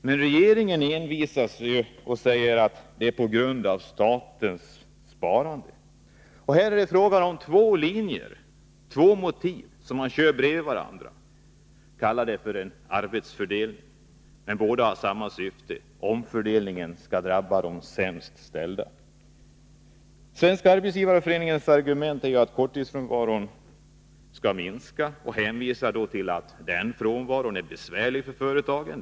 Men regeringen envisas med att säga att de införs därför att staten måste spara. Här är det frågan om två motiv, som man kör bredvid varandra. Kalla det för en arbetsfördelning, men båda har samma syfte: omfördelningen skall drabba de sämst ställda. Svenska arbetsgivareföreningens argument är att korttidsfrånvaron skall minska, och man hänvisar då till att den frånvaron är besvärlig för företagen.